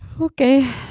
Okay